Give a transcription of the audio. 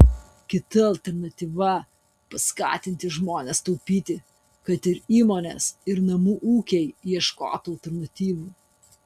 kita alternatyva paskatinti žmones taupyti kad ir įmonės ir namų ūkiai ieškotų alternatyvų